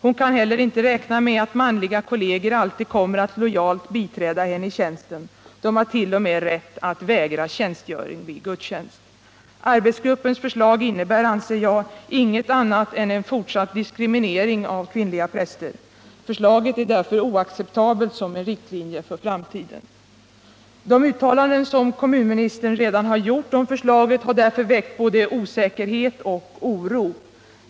Hon kan inte heller räkna med att manliga kolleger alltid kommer att lojalt biträda henne i tjänsten, de har t.o.m. rätt att vägra tjänstgöring vid gudstjänst. Arbetsgruppens förslag innebär, enligt min mening, inget annat än en fortsatt diskriminering av kvinnliga präster. Förslaget är därför oacceptabelt som riktlinje för framtiden. De uttalanden som kommunministern redan har gjort om förslaget har därför väckt både osäkerhet och oro.